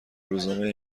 روزنامه